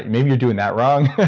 maybe you're doing that wrong.